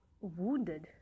wounded